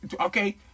Okay